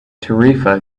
tarifa